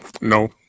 No